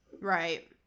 right